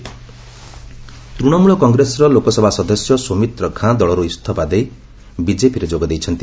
TMC MP ତୂଶମୂଳ କଂଗ୍ରେସର ଲୋକସଭା ସଦସ୍ୟ ସୌମିତ୍ର ଖାଁ ଦଳରୁ ଇସ୍ତଫା ଦେଇ ବିଜେପିରେ ଯୋଗ ଦେଇଛନ୍ତି